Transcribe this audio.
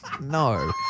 No